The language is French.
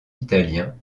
italiens